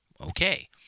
okay